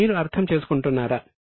మీరు అర్థం చేసుకుంటున్నారా